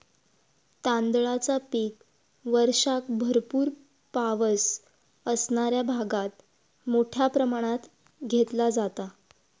तांदळाचा पीक वर्षाक भरपूर पावस असणाऱ्या भागात मोठ्या प्रमाणात घेतला जाता